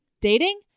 Dating